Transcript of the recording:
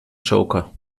joker